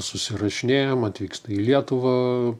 susirašinėjam atvyksta į lietuvą